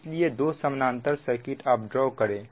इसलिए दो समांतर सर्किट आप ड्रा करें